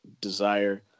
desire